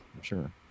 Sure